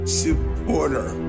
supporter